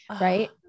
Right